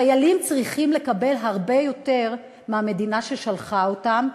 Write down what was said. חיילים צריכים לקבל הרבה יותר מהמדינה ששולחת אותם,